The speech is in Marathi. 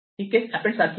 ही केस अँपेन्ड सारखे नाही